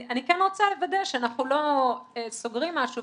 אני כן רוצה לוודא שאנחנו לא סוגרים משהו,